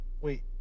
wait